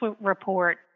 report